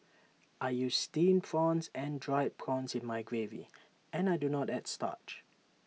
I use Steamed prawns and Dried prawns in my gravy and I do not add starch